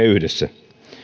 yhdessä